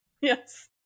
Yes